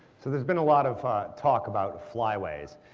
so there's been a lot of talk about flyways,